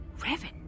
Revan